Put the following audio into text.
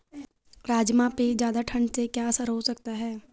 राजमा पे ज़्यादा ठण्ड से क्या असर हो सकता है?